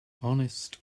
honest